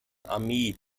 armee